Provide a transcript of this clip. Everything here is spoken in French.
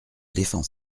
défends